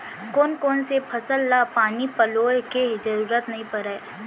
कोन कोन से फसल ला पानी पलोय के जरूरत नई परय?